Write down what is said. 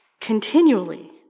continually